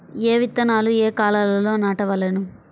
ఏ విత్తనాలు ఏ కాలాలలో నాటవలెను?